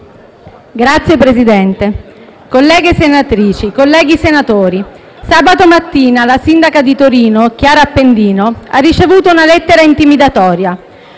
Signor Presidente, colleghe senatrici, colleghi senatori, sabato mattina la sindaca di Torino, Chiara Appendino, ha ricevuto una lettera intimidatoria.